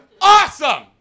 awesome